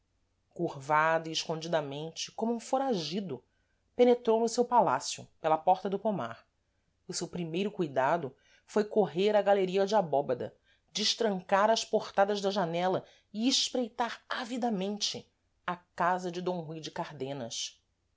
como um foragido penetrou no seu palácio pela porta do pomar e o seu primeiro cuidado foi correr à galeria de abóbada destrancar as portadas da janela e espreitar ávidamente a casa de d rui de